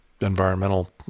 environmental